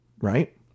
right